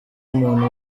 umuntu